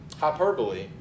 hyperbole